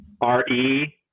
R-E